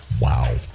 Wow